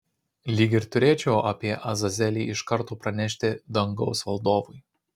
lyg ir turėčiau apie azazelį iš karto pranešti dangaus valdovui